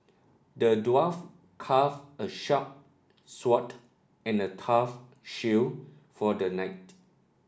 the dwarf calf a sharp sword and a tough shield for the knight